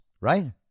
right